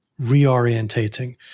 reorientating